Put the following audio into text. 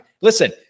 listen